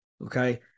Okay